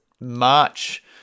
March